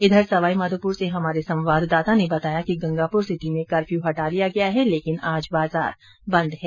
इघर सवाईमाधोपुर से हमारे संवाददाता ने बताया कि गंगापुर सिटी में कर्फ्यू हटा लिया गया है लेकिन आज बाजार बंद है